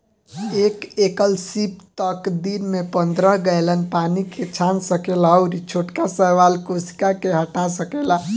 एक एकल सीप एक दिन में पंद्रह गैलन पानी के छान सकेला अउरी छोटका शैवाल कोशिका के हटा सकेला